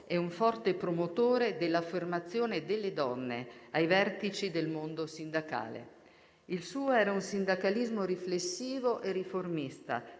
un forte promotore dell'affermazione delle donne ai vertici del mondo sindacale. Il suo era un sindacalismo riflessivo e riformista,